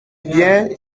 bien